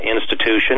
institution